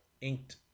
inked